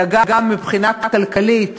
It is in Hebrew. אלא גם מבחינה כלכלית,